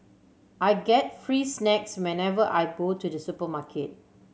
I get free snacks whenever I to the supermarket